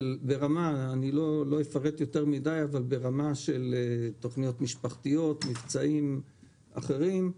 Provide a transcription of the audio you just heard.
לא אפרט יותר מדי של תוכניות משפחתיות ומבצעים אחרים,